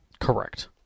Correct